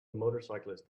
motorcyclist